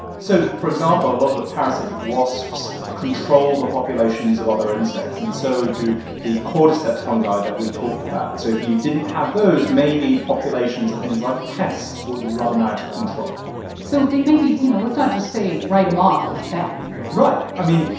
so for example, a lot of the parasitic wasps control the populations of other insects and so do the cordyceps fungi that we talked about. so if you didn't have those, maybe populations of things like pests would run out of control so they may be you know, let's not just say, write them off as bad right. i mean,